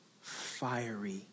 fiery